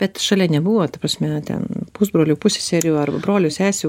bet šalia nebuvo ta prasme ten pusbrolių pusseserių ar brolių sesių